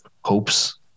hopes